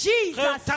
Jesus